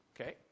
okay